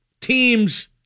teams